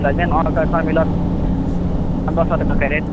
सजमनि अहाँकेँ अखनि मिलत पन्द्रह सए टका कैरेट